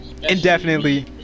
Indefinitely